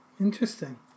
Interesting